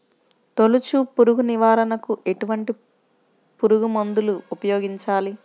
తొలుచు పురుగు నివారణకు ఎటువంటి పురుగుమందులు ఉపయోగించాలి?